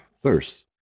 thirst